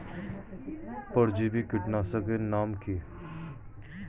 পরজীবী কীটনাশকের নাম কি?